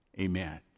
Amen